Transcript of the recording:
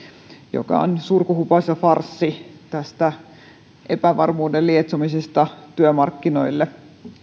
joka on surkuhupaisa farssi epävarmuuden lietsomisesta työmarkkinoille